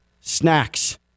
snacks